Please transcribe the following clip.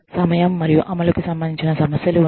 సమయం మరియు అమలు కి సంబంధించిన సమస్యలు ఉన్నాయి